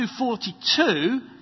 2.42